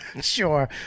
Sure